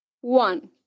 one